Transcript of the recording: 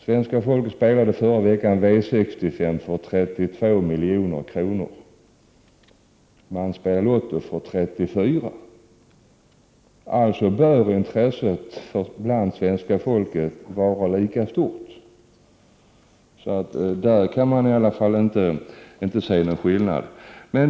Svenska folket spelade förra året på V 65 för 32 milj.kr. Man spelade Lotto för 34 miljoner. Alltså bör intresset för dessa båda spelformer bland svenska folket vara lika stort. Där kan man i alla fall inte se någon skillnad.